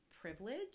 privilege